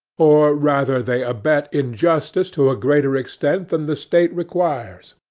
or rather they abet injustice to a greater extent than the state requires.